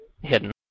hidden